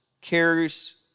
cares